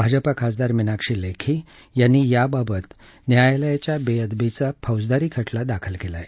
भाजपा खासदार मिनाक्षी लेखी यांनी याबाबत न्यायालयाच्या बेअदबीचा फौजदारी खटला दाखल केला आहे